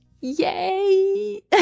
Yay